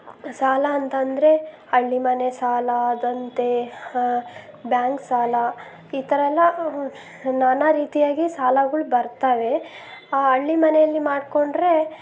ಸಾಲ ಅಂತ ಅಂದರೆ ಹಳ್ಳಿ ಮನೆ ಸಾಲ ಅದಂತೆ ಬ್ಯಾಂಕ್ ಸಾಲ ಈ ಥರ ಎಲ್ಲ ನಾನಾ ರೀತಿಯಾಗಿ ಸಾಲಗಳ್ ಬರ್ತವೆ ಆ ಹಳ್ಳಿ ಮನೆಯಲ್ಲಿ ಮಾಡಿಕೊಂಡ್ರೆ